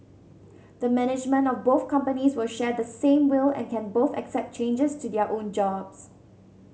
the management of both companies will share the same will and can both accept changes to their own jobs